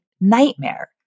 nightmare